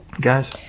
guys